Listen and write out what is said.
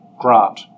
grant